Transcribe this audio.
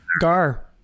gar